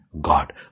God